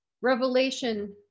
Revelation